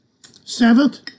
Seventh